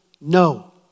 no